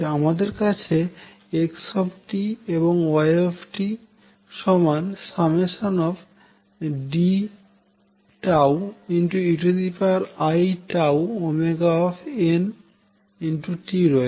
আমাদের কাছে x এবং y ∑Deiτωnt রয়েছে